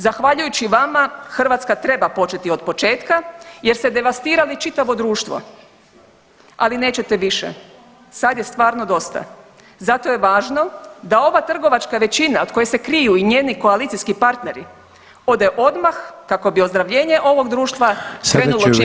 Zahvaljujući vama Hrvatska treba početi od početka jer ste devastirali čitavo društvo, ali nećete više, sad je stvarno dosta, zato je važno da ova trgovačka većina od koje se kriju i njeni koalicijski partneri ode odmah kako bi ozdravljenje ovog društva krenulo čim prije.